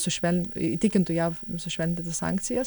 sušvel įtikintų jav sušventiti sankcijas